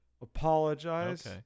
apologize